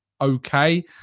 okay